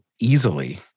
easily